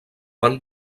van